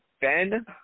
Ben